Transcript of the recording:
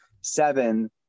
seven